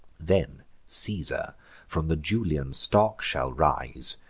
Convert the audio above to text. then caesar from the julian stock shall rise,